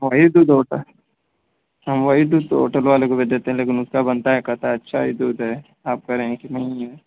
वही दूध होता है हम वही दूध तो होटल वाले को भी देते हैं लेकिन उसका बनता है कहता है अच्छा ही दूध है आप कह रह हैं कि नहीं है